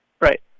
Right